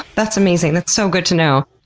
that's amazing, that's so good to know!